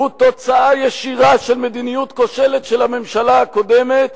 הם תוצאה ישירה של מדיניות כושלת של הממשלה הקודמת,